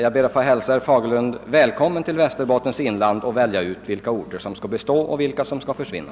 Jag ber att få hälsa herr Fagerlund välkommen till Västerbottens inland och välja ut vilka orter som skall bestå och vilka som skall försvinna.